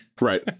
right